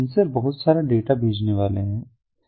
तो ये सेंसर बहुत सारा डाटा भेजने वाले हैं